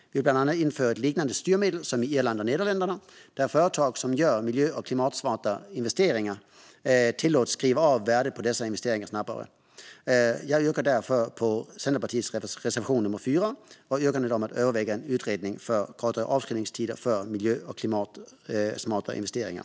Vi vill bland annat införa ett liknande styrmedel som i Irland och Nederländerna, där företag som gör miljö och klimatsmarta investeringar tillåts skriva av värdet på dessa investeringar snabbare. Jag yrkar därför bifall till Centerpartiets reservation nummer 4 och yrkandet om att överväga en utredning om kortare avskrivningstider för miljö och klimatsmarta investeringar.